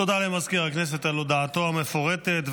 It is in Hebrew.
תודה למזכיר הכנסת על הודעתו המפורטת.